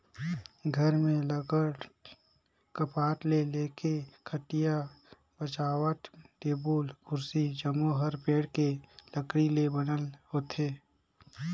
घर में लगल कपाट ले लेके खटिया, बाजवट, टेबुल, कुरसी जम्मो हर पेड़ के लकरी ले बनल होथे